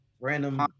random